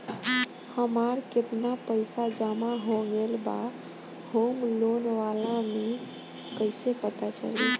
हमार केतना पईसा जमा हो गएल बा होम लोन वाला मे कइसे पता चली?